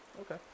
Okay